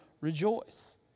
rejoice